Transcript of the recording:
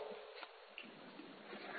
સંદિગ્ધતા